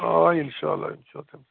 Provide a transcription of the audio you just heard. آ اِنشاء اللہ اِنشاء اللہ